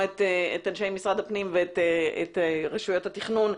את אנשי משרד הפנים ואת רשויות התכנון.